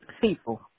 people